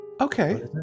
Okay